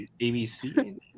ABC